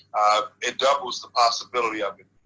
it doubles the possibility of it.